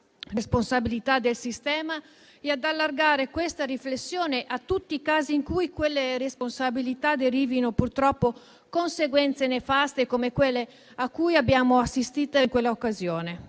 responsabilità del sistema e ad allargare questa riflessione a tutti i casi in cui da quelle responsabilità derivino, purtroppo, conseguenze nefaste, come quelle a cui abbiamo assistito in quell'occasione.